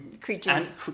Creatures